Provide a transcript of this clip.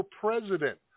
president